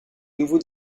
nouveau